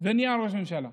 ונהיה ראש ממשלה.